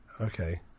Okay